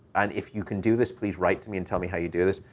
and if you can do this, please write to me and tell me how you do this,